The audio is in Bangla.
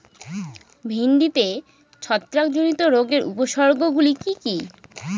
ভিন্ডিতে ছত্রাক জনিত রোগের উপসর্গ গুলি কি কী?